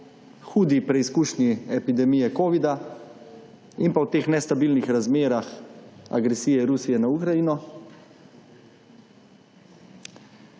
hudi preskušnji epidemije covida in pa v teh nestabilnih razmerah agresije Rusije na Ukrajino,